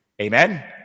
amen